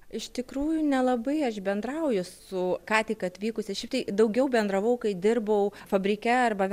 iš tikrųjų nelabai aš bendrauju su ką tik atvykusiais šiaip tai daugiau bendravau kai dirbau fabrike arba